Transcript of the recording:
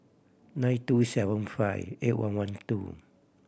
nine two seven five eight one one two